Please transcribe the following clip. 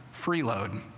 freeload